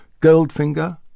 Goldfinger